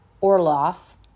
Orloff